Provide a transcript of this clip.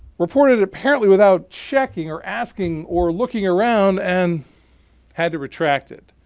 reported it apparently without checking or asking or looking around and had to retract it.